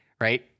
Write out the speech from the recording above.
Right